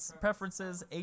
preferences